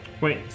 Wait